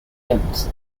films